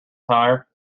tire